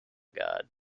god